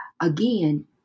Again